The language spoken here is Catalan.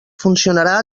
funcionarà